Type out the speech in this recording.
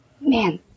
man